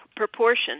Proportion